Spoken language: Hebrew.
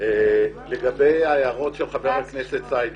לגבי ההערות של חבר הכנסת סידה.